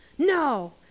no